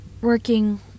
working